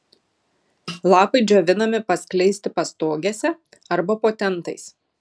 lapai džiovinami paskleisti pastogėse arba po tentais